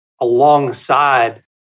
alongside